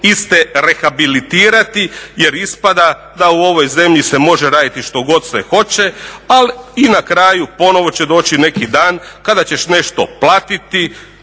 iste rehabilitirati jer ispada da u ovoj zemlji se može raditi što god se hoće, ali i na kraju ponovo će doći neki dan kada ćeš nešto platiti